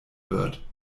wird